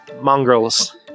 mongrels